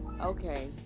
Okay